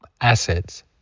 assets